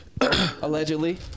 Allegedly